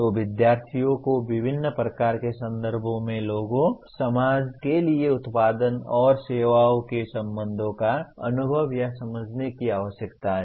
तो विद्यार्थियों को विभिन्न प्रकार के संदर्भों में लोगों समाज के लिए उत्पादों और सेवाओं के संबंधों का अनुभव या समझने की आवश्यकता है